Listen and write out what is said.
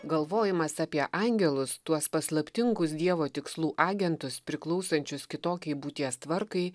galvojimas apie angelus tuos paslaptingus dievo tikslų agentus priklausančius kitokiai būties tvarkai